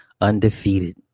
undefeated